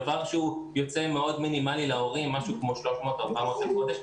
דבר שהוא יוצא מאוד מינימלי להורים משהו כמו 400-300 לחודש.